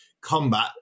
combat